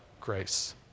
grace